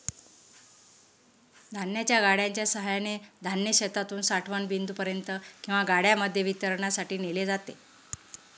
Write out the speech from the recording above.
धान्याच्या गाड्यांच्या सहाय्याने धान्य शेतातून साठवण बिंदूपर्यंत किंवा गाड्यांमध्ये वितरणासाठी नेले जाते